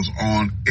on